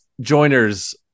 joiners